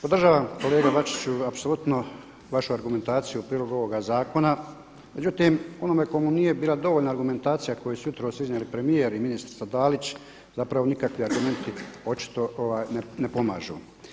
Podržavam kolega Bačiću apsolutno vašu argumentaciju u prilog ovoga zakona, međutim onome kome nije bila dovoljna argumentacija koju su jutros iznijeli premijer i ministrica Dalić zapravo nikakvi argumenti očito ne pomažu.